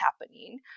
happening